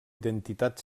identitat